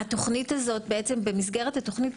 במסגרת התוכנית,